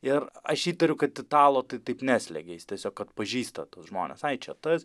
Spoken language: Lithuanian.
ir aš įtariu kad italo tai taip neslegia jis tiesiog atpažįsta tuos žmones ai čia tas